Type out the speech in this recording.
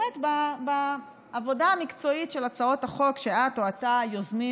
באמת בעבודה המקצועית של הצעות החוק שאת או אתה יוזמים.